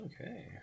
Okay